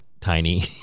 tiny